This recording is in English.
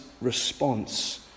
response